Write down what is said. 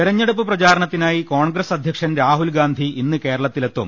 തെരഞ്ഞെടുപ്പ് പ്രചാരണത്തിനായി കോൺഗ്രസ് അധ്യക്ഷൻ രാ ഹുൽ ഗാന്ധി ഇന്ന് കേരളത്തിലെത്തും